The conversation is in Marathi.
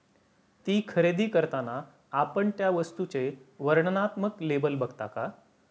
ती खरेदी करताना आपण त्या वस्तूचे वर्णनात्मक लेबल बघता का?